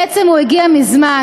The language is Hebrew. בעצם, הוא הגיע מזמן,